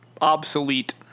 Obsolete